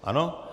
Ano?